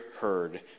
heard